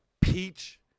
peach